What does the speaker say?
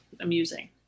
amusing